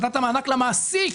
נתת מענק למעסיק,